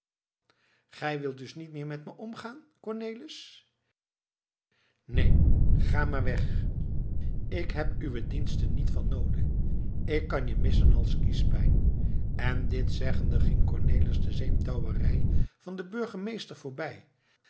gij wilt dus niet meer met me omgaan cornelis neen ga maar weg ik heb uwe diensten niet van noode ik kan je missen als kiespijn en dit zeggende ging cornelis de zeemtouwerij van den burgemeester voorbij